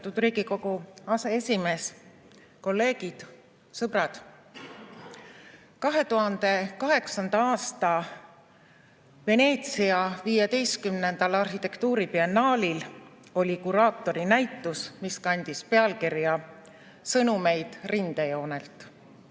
Austatud Riigikogu aseesimees! Kolleegid! Sõbrad! 2008. aasta Veneetsia 15. arhitektuuribiennaalil oli kuraatorinäitus, mis kandis pealkirja "Sõnumeid rindejoonelt",